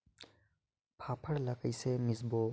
फाफण ला कइसे मिसबो?